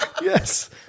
yes